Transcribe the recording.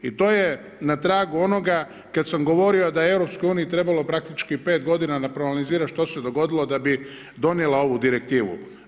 I to je na tragu onoga kada sam govorio da je EU trebalo praktičko 5 g. da proanalizira što se dogodilo, da bi donijela ovu direktivu.